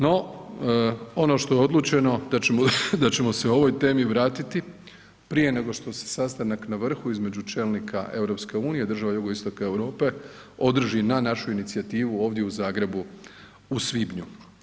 No ono što je odlučeno da ćemo se ovoj temi vratiti prije nego što se sastanak na vrhu između čelnika EU i država Jugoistoka Europe održi na našu inicijativu ovdje u Zagrebu u svibnju.